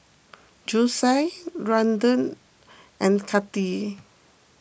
Josiah Randle and Kati